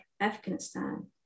Afghanistan